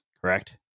correct